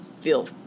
feel